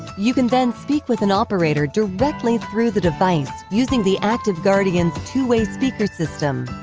you can then speak with an operator directly through the device using the active guardian's two-way speaker system.